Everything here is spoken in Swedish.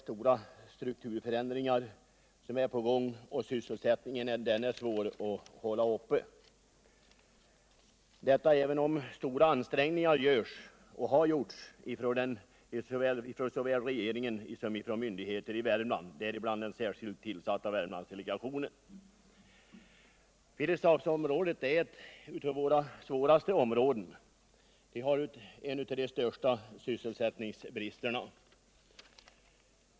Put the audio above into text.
Stora strukturförändringar är där på gång, och det är svårt att hålla sysselsättningen uppe, trots att stora ansträngningar görs och har gjorts av såväl regeringen som myndigheter i Värmland, däribland den särskilt tillsatta Värmlandsdetegationen. Filipstadsområdet är en av de svårast drabbade länsdelarna, och det är ett av de områden där sysselsättningsbristen är besvärligast.